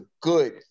good